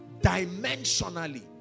dimensionally